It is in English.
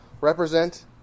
represent